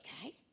Okay